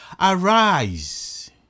Arise